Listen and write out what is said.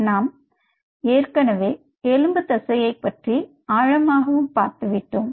நாம் ஏற்கனவே எலும்பு தசையை பற்றி ஆழமாகவும் பார்த்து விட்டோம்